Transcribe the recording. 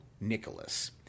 Nicholas